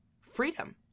Freedom